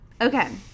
Okay